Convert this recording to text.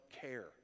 care